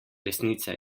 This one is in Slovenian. resnica